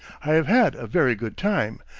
i have had a very good time,